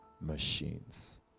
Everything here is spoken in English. machines